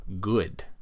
good